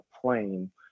plane